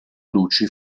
luci